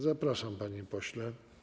Zapraszam, panie pośle.